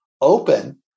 open